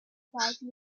widely